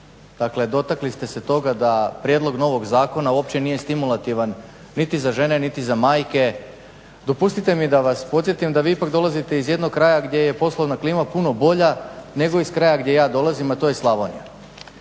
Dakle dotakli ste se toga da prijedlog novog zakona uopće nije stimulativan niti za žene niti za majke. Dopustite mi da vas podsjetim da vi ipak dolazite iz jednog kraja gdje je poslovna klima puno bolja nego iz kraja gdje ja dolazim, a to je Slavonija.